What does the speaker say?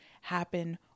happen